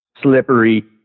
slippery